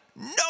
no